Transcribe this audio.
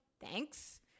thanks